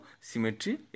symmetry